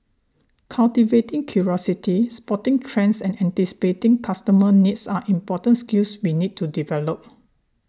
cultivating curiosity spotting trends and anticipating customer needs are important skills we need to develop